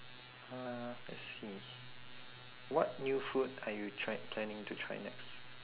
uh let's see what new food are you try planning to try next